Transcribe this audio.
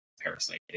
parasite